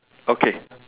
okay